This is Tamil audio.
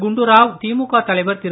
குண்டுராவ் திமுக தலைவர் திரு